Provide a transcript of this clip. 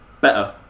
better